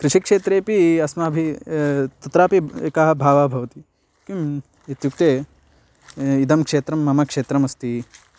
कृषिक्षेत्रेऽपि अस्माभिः अत्रापि एकः भावः भवति किम् इत्युक्ते इदं क्षेत्रं मम क्षेत्रमस्ति